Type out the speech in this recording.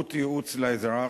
שירות ייעוץ לאזרח,